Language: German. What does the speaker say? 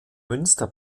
münster